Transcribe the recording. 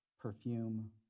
perfume